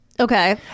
Okay